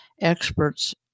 experts